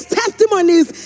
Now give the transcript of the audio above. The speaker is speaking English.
testimonies